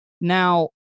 Now